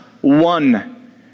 one